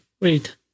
Wait